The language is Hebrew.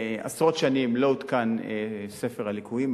עשרות שנים לא עודכן ספר הליקויים.